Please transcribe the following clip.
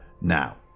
now